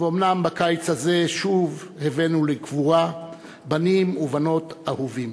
ואומנם בקיץ הזה שוב הבאנו לקבורה בנים ובנות אהובים.